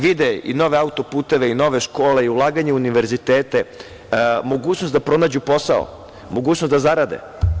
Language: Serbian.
Vide i nove auto-puteve, nove škole, ulaganja u univerzitete, mogućnost da pronađu posao, mogućnost da zarade.